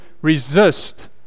resist